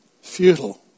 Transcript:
futile